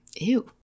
Ew